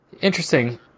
Interesting